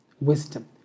Wisdom